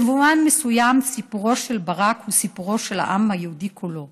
במובן מסוים סיפורו של ברק הוא סיפורו של העם היהודי כולו,